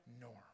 norm